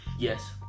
Yes